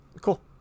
cool